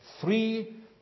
three